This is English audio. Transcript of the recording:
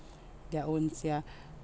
their own ya